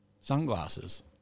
sunglasses